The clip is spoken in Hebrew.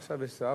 עכשיו יש שר,